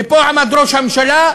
ופה עמד ראש הממשלה,